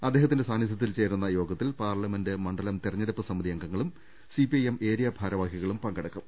അദ്ദേഹത്തിന്റെ സാന്നിധൃത്തിൽ ചേരുന്ന യോഗത്തിൽ പാർല മെന്റ് മണ്ഡലം തെരഞ്ഞെടുപ്പ് സമിതി അംഗങ്ങളും സിപിഐഎം ഏരിയ ഭാരവാഹികളും പങ്കെടുക്കും